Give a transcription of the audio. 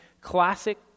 classic